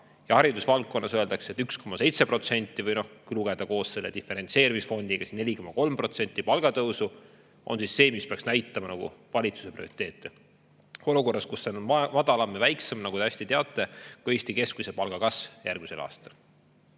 ja haridusvaldkonnas öeldakse, et 1,7% või noh, kui lugeda koos selle diferentseerimisfondiga, siis 4,3% palgatõusu on see, mis peaks näitama valitsuse prioriteete. Olukorras, kus see on madalam ja väiksem, nagu te hästi teate, kui Eesti keskmise palga kasv järgmisel